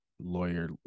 lawyer